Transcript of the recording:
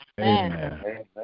Amen